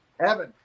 Evan